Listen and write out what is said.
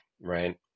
right